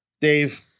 Dave